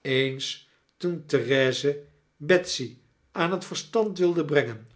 eens toen therese betsy aan het verstand wilde brengen